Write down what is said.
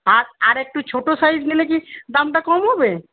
আর আর একটু ছোটো সাইজ নিলে কি দামটা কম হবে